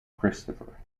christopher